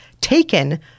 taken